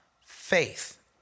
faith